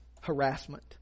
harassment